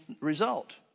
result